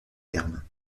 thermes